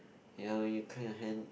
ya when you clear your hand